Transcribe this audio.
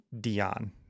Dion